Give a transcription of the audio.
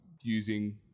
using